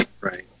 right